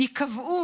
ייקבעו,